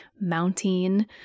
mounting